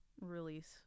release